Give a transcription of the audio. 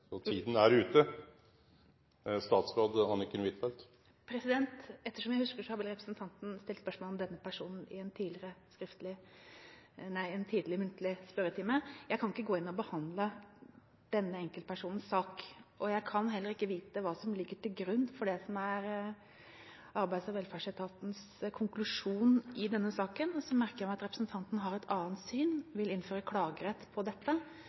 er ute. Etter som jeg husker, har representanten stilt spørsmål om denne personen i en tidligere muntlig spørretime. Jeg kan ikke gå inn og behandle denne enkeltpersonens sak. Jeg kan heller ikke vite hva som ligger til grunn for det som er Arbeids- og velferdsetatens konklusjon i denne saken. Jeg merker meg at representanten har et annet syn og vil innføre klagerett